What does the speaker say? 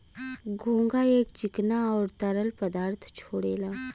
घोंघा एक चिकना आउर तरल पदार्थ छोड़ेला